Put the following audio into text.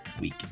week